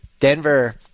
Denver